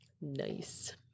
Nice